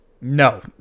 No